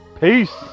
Peace